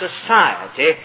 society